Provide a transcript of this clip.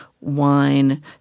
wine